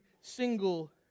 single